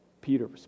Peter